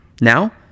Now